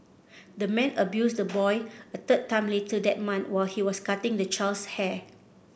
the man abused the boy a third time later that month while he was cutting the child's hair